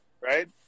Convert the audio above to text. right